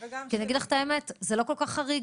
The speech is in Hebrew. כי זה לא כל כך חריג.